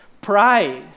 pride